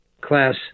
class